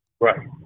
Right